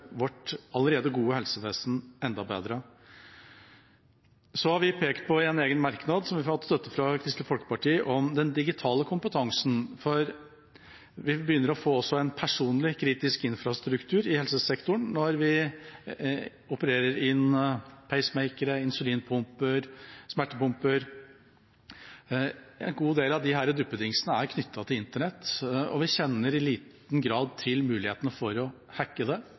vårt allerede gode helsevesen enda bedre. Vi har pekt på den digitale kompetansen i en egen merknad, der vi har fått støtte fra Kristelig Folkeparti, for vi begynner å få også en personlig kritisk infrastruktur i helsesektoren når vi opererer inn pacemakere, insulinpumper og smertepumper. En god del av disse duppedingsene er knyttet til internett, og vi kjenner i liten grad til mulighetene for å hacke